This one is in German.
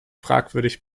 fragwürdig